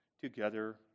together